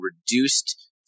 reduced